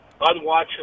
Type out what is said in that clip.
unwatchable